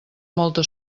molta